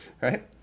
right